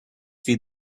feed